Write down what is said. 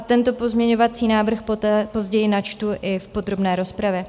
Tento pozměňovací návrh později načtu i v podrobné rozpravě.